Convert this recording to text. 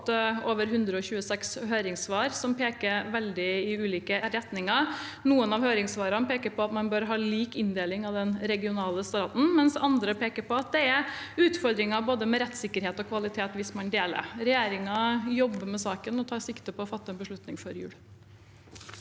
og fått over 126 høringssvar som peker i veldig ulike retninger. Noen av høringssvarene peker på at man bør ha lik inndeling av den regionale staten, mens andre peker på at det er utfordringer med både rettssikkerhet og kvalitet hvis man deler. Regjeringen jobber med saken og tar sikte på å fatte en beslutning før jul.